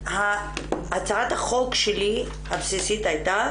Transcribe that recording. הצעת החוק הבסיסית שלי הייתה